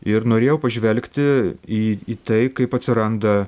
ir norėjau pažvelgti į į tai kaip atsiranda